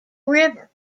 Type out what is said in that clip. river